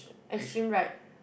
extreme right